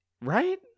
right